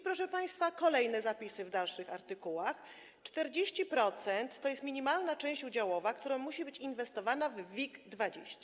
Proszę państwa, kolejne zapisy w dalszych artykułach: 40% to jest minimalna część udziałowa, która musi być inwestowana w WIG20.